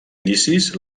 inicis